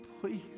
please